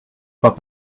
pas